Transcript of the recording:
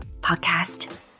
podcast